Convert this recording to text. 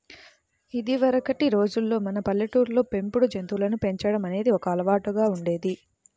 ఇదివరకటి రోజుల్లో మన పల్లెటూళ్ళల్లో పెంపుడు జంతువులను పెంచడం అనేది ఒక అలవాటులాగా ఉండేది